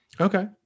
Okay